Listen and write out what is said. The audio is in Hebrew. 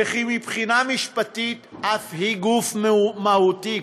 ושמבחינה משפטית היא אף גוף מהותי,